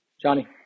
Johnny